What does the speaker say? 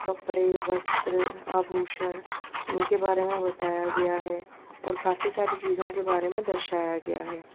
कपड़े वस्त्र आभूषण उनके बारे में बताया गया है और काफी सारी चीज़ों के बारे में दर्शाया गया है